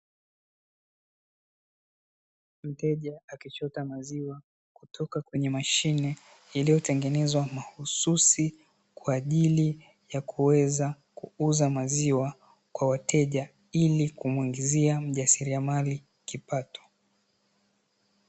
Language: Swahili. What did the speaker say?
Mteja akichota maziwa kutoka kwenye mashine iliyotengenezwa mahususi kwa ajili ya kuweka na kuuza maziwa, kwa wateja ili kumwingizia mjasiliamali kipato.